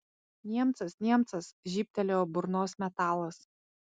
niemcas niemcas žybtelėjo burnos metalas